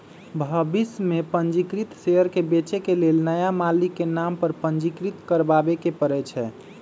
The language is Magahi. भविष में पंजीकृत शेयर के बेचे के लेल नया मालिक के नाम पर पंजीकृत करबाबेके परै छै